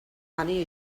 funny